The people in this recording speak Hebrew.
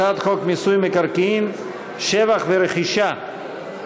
הצעת חוק מיסוי מקרקעין (שבח ורכישה)